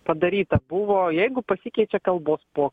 padaryta buvo jeigu pasikeičia kalbos po